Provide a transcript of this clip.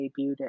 debuted